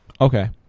Okay